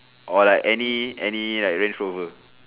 or like any any like Range Rover